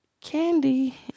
candy